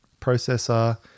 processor